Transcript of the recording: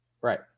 Right